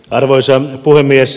arvoisa puhemies